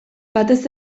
batez